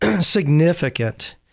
significant